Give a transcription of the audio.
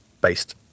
based